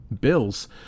Bills